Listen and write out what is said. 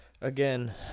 again